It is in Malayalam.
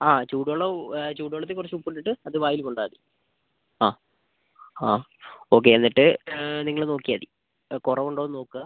ആ ചൂടുവെള്ളം ചൂട് വെള്ളത്തിൽ കുറച്ച് ഉപ്പ് ഇട്ടിട്ട് അത് വായിൽ കൊണ്ടാൽ മതി ആ ആ ഓക്കെ എന്നിട്ട് നിങ്ങൾ നോക്കിയാൽ മതി കുറവുണ്ടോ എന്ന് നോക്കുക